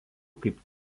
kaip